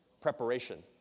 Preparation